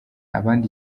abandi